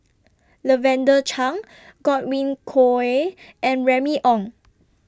Lavender Chang Godwin Koay and Remy Ong